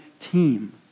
team